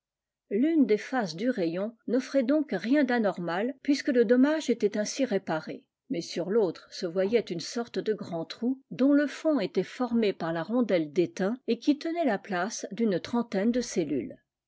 l'une des faces du rayon n'offrait donc rien d'anormal puisque le dommage était ainsi réparé mais sur l'autre se voyait une sorte de grand trou dont le fond était formé par la rondelle d'étain et qui tenait la place d'une trentaine de cellules